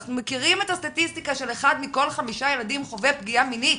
אנחנו מכירים את הסטטיסטיקה של אחד מכל חמישה ילדים חווה פגיעה מינית.